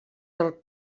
del